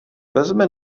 vezme